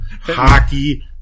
hockey